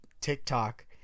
tiktok